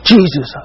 Jesus